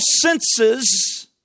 senses